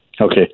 Okay